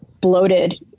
bloated